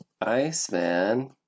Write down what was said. Iceman